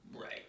Right